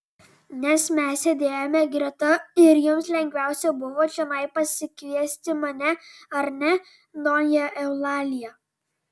nes mes sėdėjome greta ir jums lengviausia buvo čionai pasikviesti mane ar ne donja eulalija